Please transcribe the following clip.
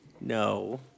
No